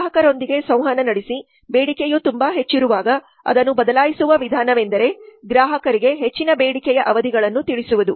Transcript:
ಗ್ರಾಹಕರೊಂದಿಗೆ ಸಂವಹನ ನಡೆಸಿ ಬೇಡಿಕೆಯು ತುಂಬಾ ಹೆಚ್ಚಿರುವಾಗ ಅದನ್ನು ಬದಲಾಯಿಸುವ ವಿಧಾನವೆಂದರೆ ಗ್ರಾಹಕರಿಗೆ ಹೆಚ್ಚಿನ ಬೇಡಿಕೆಯ ಅವಧಿಗಳನ್ನು ತಿಳಿಸುವುದು